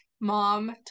mom